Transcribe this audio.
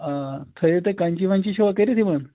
آ تھٲیِو تُہۍ کنچی وَنچی چھوٚوا کٔرِتھ یِمَن